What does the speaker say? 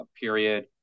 period